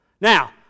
Now